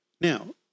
Now